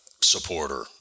supporter